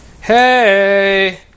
Hey